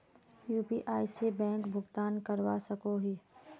UPI से bank भुगतान करवा सकोहो ही?